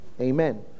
Amen